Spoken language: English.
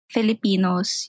Filipinos